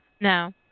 No